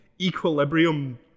equilibrium